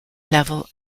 level